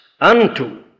unto